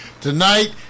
Tonight